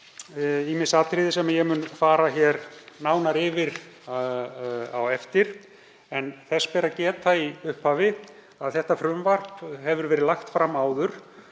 ýmis atriði sem ég mun fara nánar yfir á eftir. En þess ber að geta í upphafi að þetta frumvarp hefur verið lagt fram áður